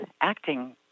acting